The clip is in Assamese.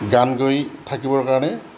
গান গায় থাকিবৰ কাৰণে